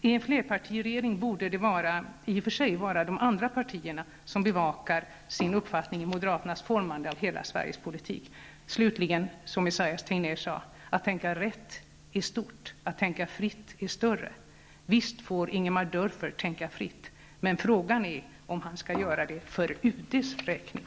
I en flerpartiregering borde det i och för sig vara de andra partierna som bevakar sin uppfattning i moderaternas formande av hela Sveriges politik. Slutligen som Esaias Tegnér sade: Att tänka fritt är stort, att tänka rätt är större. Visst får Ingemar Dörfer tänka fritt, men frågan är om han skall göra det för UD:s räkning.